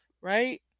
right